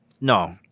No